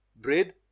bread